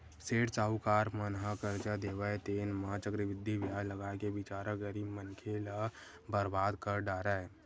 सेठ साहूकार मन ह करजा देवय तेन म चक्रबृद्धि बियाज लगाके बिचारा गरीब मनखे ल बरबाद कर डारय